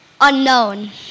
unknown